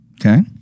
Okay